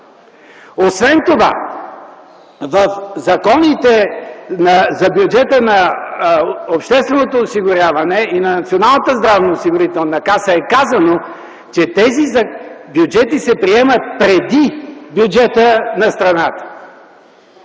Освен това в законите за бюджета на Държавното обществено осигуряване и на Националната здравноосигурителна каса е казано, че тези бюджети се приемат преди бюджета на страната